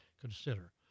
consider